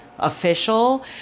official